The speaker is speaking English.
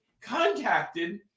contacted